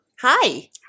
hi